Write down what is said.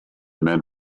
men